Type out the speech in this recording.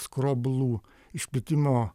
skroblų išplitimo